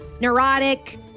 neurotic